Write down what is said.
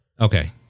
Okay